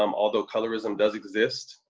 um although colorism does exist.